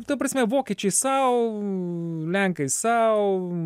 ta prasme vokiečiai sau lenkai sau